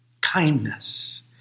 kindness